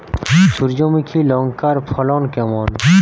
সূর্যমুখী লঙ্কার ফলন কেমন?